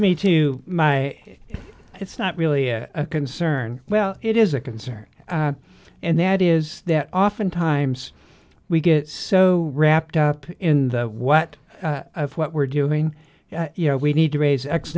me to my it's not really a concern well it is a concern and that is that often times we get so wrapped up in the what of what we're doing you know we need to raise x